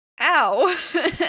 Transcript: ow